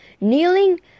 kneeling